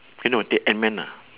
eh no take antman ah